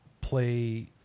play